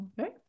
Okay